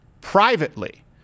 privately